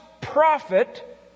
prophet